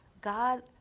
God